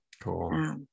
Cool